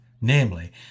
namely